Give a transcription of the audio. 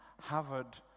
Harvard